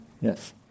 Yes